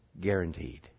guaranteed